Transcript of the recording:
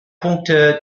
punkte